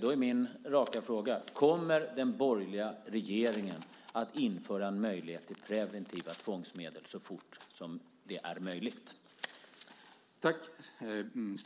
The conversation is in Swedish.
Då är min raka fråga: Kommer den borgerliga regeringen att införa en möjlighet till preventiva tvångsmedel så fort som det är möjligt?